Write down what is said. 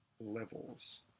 levels